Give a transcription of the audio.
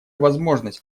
возможность